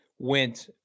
went